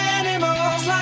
animals